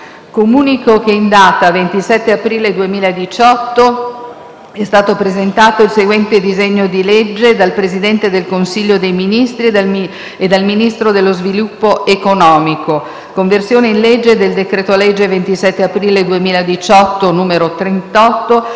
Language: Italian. In data 27 aprile 2018, è stato presentato il seguente disegno di legge: *dal Presidente del Consiglio dei ministri e dal Ministro dello sviluppo economico*: «Conversione in legge del decreto-legge 27 aprile 2018, n. 38,